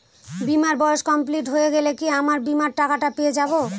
বীমার বয়স কমপ্লিট হয়ে গেলে কি আমার বীমার টাকা টা পেয়ে যাবো?